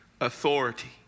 authority